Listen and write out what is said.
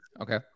Okay